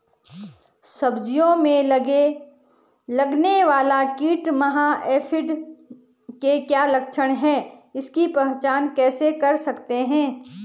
सब्जियों में लगने वाला कीट माह एफिड के क्या लक्षण हैं इसकी पहचान कैसे कर सकते हैं?